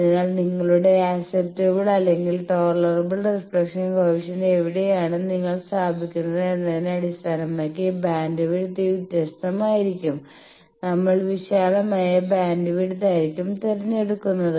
അതിനാൽ നിങ്ങളുടെ അക്സെപ്റ്റബിൾ അല്ലെങ്കിൽ ടോളറബിൾ റിഫ്ലക്ഷൻ കോയെഫിഷ്യന്റ് എവിടെയാണ് നിങ്ങൾ സ്ഥാപിക്കുന്നത് എന്നതിനെ അടിസ്ഥാനമാക്കി ബാൻഡ്വിഡ്ത്ത് വ്യത്യസ്തമായിരിക്കും നമ്മൾ വിശാലമായ ബാൻഡ്വിഡ്ത്ത് ആയിരിക്കും തിരഞ്ഞെടുക്കുന്നത്